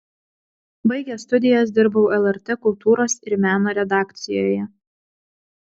baigęs studijas dirbau lrt kultūros ir meno redakcijoje